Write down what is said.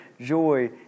joy